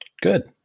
good